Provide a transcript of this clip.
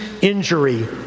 injury